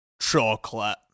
chocolate